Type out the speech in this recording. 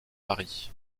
paris